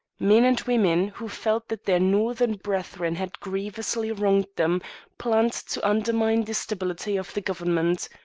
men and women who felt that their northern brethren had grievously wronged them planned to undermine the stability of the government.